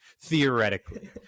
theoretically